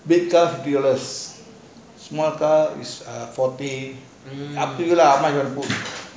big car small fifty dollars car forty up to you lah